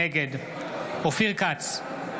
נגד אופיר כץ,